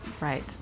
Right